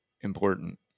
important